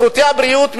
שירותי הבריאות,